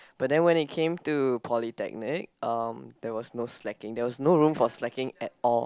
but then when it came to polytechnic um there was no slacking there was no room for slacking at all